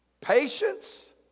patience